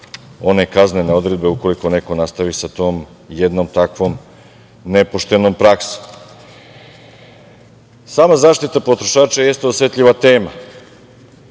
one kaznene odredbe ukoliko neko nastavi sa tom jednom takvom nepoštenom praksom. Sama zaštita potrošača jeste osetljiva tema.